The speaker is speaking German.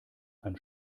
ein